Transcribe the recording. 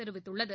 தெரிவித்துள்ளது